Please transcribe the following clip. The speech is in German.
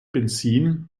benzin